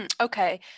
Okay